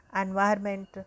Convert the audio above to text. environment